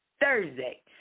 Thursday